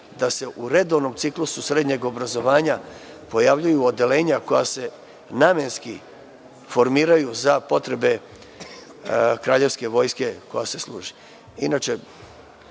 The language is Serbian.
da se u redovnom ciklusu srednjeg obrazovanja pojavljuju odeljenja koja se namenski formiraju za potrebe kraljevske vojske. Inače,